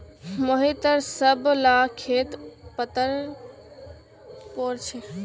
मोहिटर सब ला खेत पत्तर पोर छे